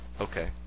Okay